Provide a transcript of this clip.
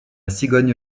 cigogne